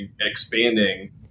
expanding